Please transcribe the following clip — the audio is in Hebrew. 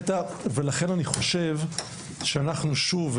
ולכן אני חושב שאנחנו שוב,